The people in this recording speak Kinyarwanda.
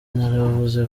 naravuze